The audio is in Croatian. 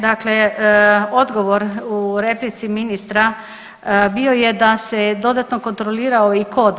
Dakle odgovor u replici ministra bio je da se dodatno kontrolirao i kod.